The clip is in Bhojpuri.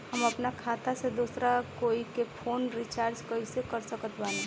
हम अपना खाता से दोसरा कोई के फोन रीचार्ज कइसे कर सकत बानी?